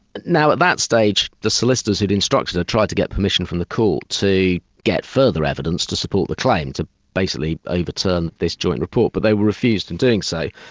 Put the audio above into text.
now at that stage, the solicitors who'd instructed her, tried to get permission from the court to get further evidence to support the claim, to basically overturn this joint report, but they were refused in doing so,